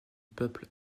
peuple